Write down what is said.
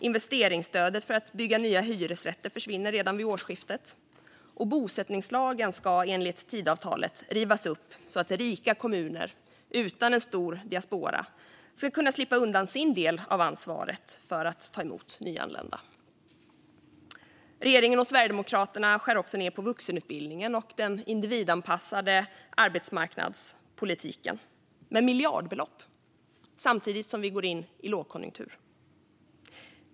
Investeringsstödet för att bygga nya hyresrätter försvinner redan vid årsskiftet, och bosättningslagen ska enligt Tidöavtalet rivas upp så att rika kommuner utan en stor diaspora ska kunna slippa undan sin del av ansvaret för att ta emot nyanlända. Regeringen och Sverigedemokraterna skär också ned på vuxenutbildningen och den individanpassade arbetsmarknadspolitiken med miljardbelopp samtidigt som vi går in i lågkonjunktur.